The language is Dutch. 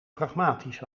pragmatisch